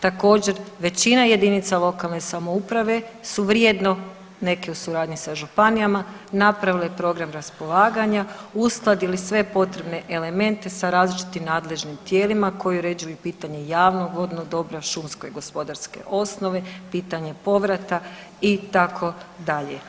Također većina jedinica lokalne samouprave su vrijedno, neki u suradnji sa županijama, napravile program raspolaganja, uskladili sve potrebne elemente sa različitim nadležnim tijelima koji uređuju pitanja javnog vodnog dobra, šumske i gospodarske osnove, pitanje povrata itd.